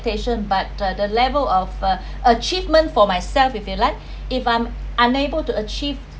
but uh the level of uh achievement for myself if you like if I'm unable to achieve